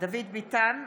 דוד ביטן,